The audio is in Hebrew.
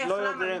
איך למה?